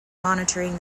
monitoring